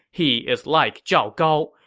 he is like zhao gao.